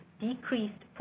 decreased